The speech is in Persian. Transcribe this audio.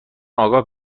آگاه